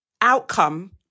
outcome